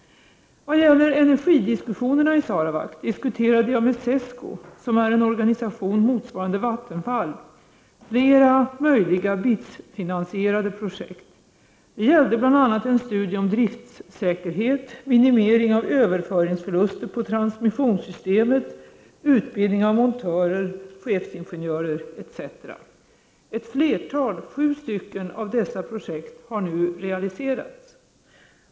Vad gäller energidiskussionerna i Sarawak diskuterade jag med SESCO, som är en organisation motsvarande Vattenfall, flera möjliga BITS-finansierade projekt. Det gällde bl.a. en studie om driftsäkerhet, minimering av överföringsförluster på transmissionssystemet, utbildning av montörer, chefsingenjörer etc. Ett flertal — sju stycken — av dessa projekt har nu realiserats.